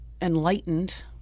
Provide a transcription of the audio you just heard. enlightened